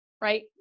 right